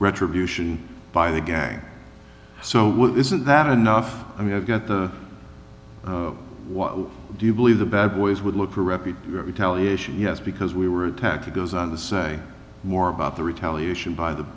retribution by the gang so we'll isn't that enough i mean i've got the what do you believe the bad boys would look for rep it retaliation he has because we were attacked it goes on to say more about the retaliation by the